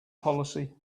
policy